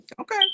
Okay